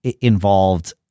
involved